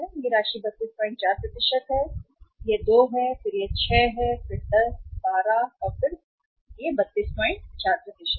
इस राशि 324 है यह 2 है फिर यह 6 है फिर 10 12 य 324 है